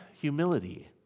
humility